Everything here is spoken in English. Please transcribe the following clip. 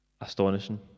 astonishing